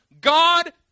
God